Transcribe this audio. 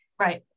Right